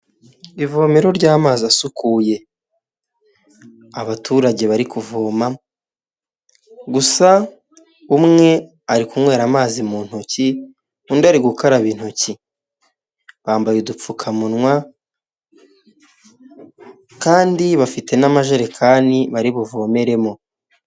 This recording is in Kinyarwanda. Ivomero ry'amazi asukuye abaturage bari kuvoma, gusa umwe ari kunywera amazi mu ntoki undi ari gukaraba intoki, bambaye udupfukamunwa kandi bafite n'amajerekani bari buvomeremo.